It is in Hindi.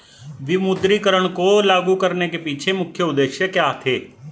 विमुद्रीकरण को लागू करने के पीछे मुख्य उद्देश्य क्या थे?